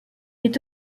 est